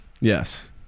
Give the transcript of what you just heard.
Yes